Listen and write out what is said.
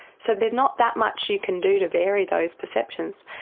so there's not that much you can do to vary those perceptions.